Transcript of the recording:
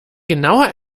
genauer